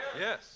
Yes